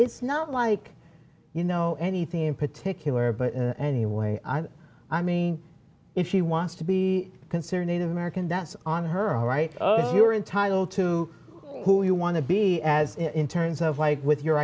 it's not like you know anything in particular but anyway i mean if she wants to be considered native american that's on her right oh you are entitled to who you want to be as in terms of like with your